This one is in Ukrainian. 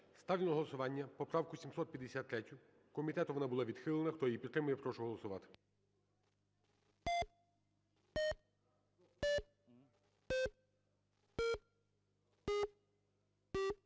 Ставлю на голосування правку 804. Комітетом вона відхилена. Хто її підтримує, я прошу голосувати.